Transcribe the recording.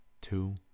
two